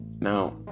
Now